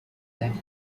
left